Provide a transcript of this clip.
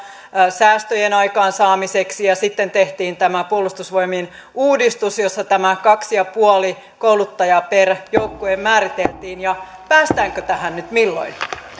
säästöjen aikaansaamiseksi ja sitten tehtiin tämä puolustusvoimien uudistus jossa tämä kaksi pilkku viisi kouluttajaa per joukkue määriteltiin päästäänkö tähän nyt milloin